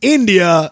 India